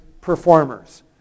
performers